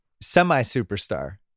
semi-superstar